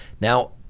Now